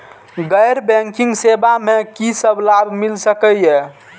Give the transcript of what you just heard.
गैर बैंकिंग सेवा मैं कि सब लाभ मिल सकै ये?